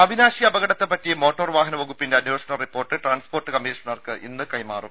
അവിനാശി അപകടത്തെപ്പറ്റി മോട്ടോർവാഹന വകുപ്പിന്റെ അന്വേഷണ റിപ്പോർട്ട് ട്രാൻസ്പോർട്ട് കമ്മീഷ്ണർക്ക് ഇന്ന് കൈമാറും